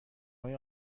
های